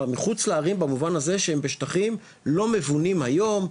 מחוץ לערים במובן הזה שהם לא מבונים היום,